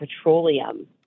petroleum